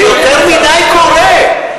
זה יותר מדי קורה,